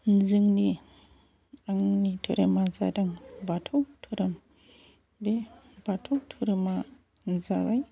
जोंनि आंनि धोरोमा जादों बाथौ धोरोम बे बाथौ धोरोमा जाबाय